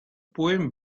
poem